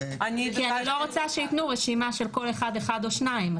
כי אני לא רוצה שיתנו רשימה של אחד או שניים.